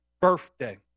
birthday